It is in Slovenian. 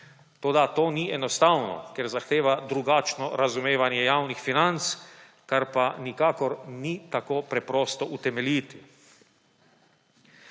toda to ni enostavno, ker zahteva drugačno razumevanje javnih financ, kar pa nikakor ni tako preprosto utemeljiti.